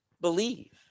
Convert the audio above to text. believe